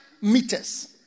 meters